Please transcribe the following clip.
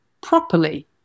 properly